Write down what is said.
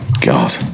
god